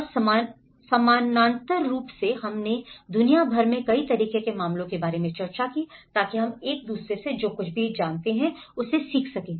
और समानांतर रूप से हमने दुनिया भर में कई तरह के मामलों के बारे में चर्चा की ताकि हम एक दूसरे से जो कुछ भी जानते हैं उससे सीख सकें